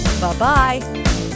Bye-bye